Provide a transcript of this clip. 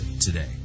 today